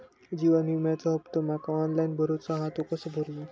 जीवन विम्याचो हफ्तो माका ऑनलाइन भरूचो हा तो कसो भरू?